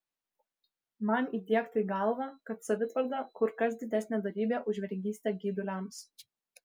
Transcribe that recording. man įdiegta į galvą kad savitvarda kur kas didesnė dorybė už vergystę geiduliams